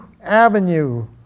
avenue